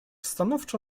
stanowczo